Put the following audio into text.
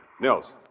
Nils